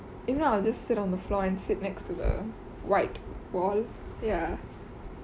if not I'll just sit on the floor and sit next to the white wall